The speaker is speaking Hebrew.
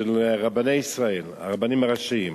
של רבני ישראל, הרבנים הראשיים,